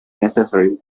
necessary